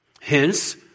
Hence